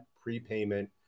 prepayment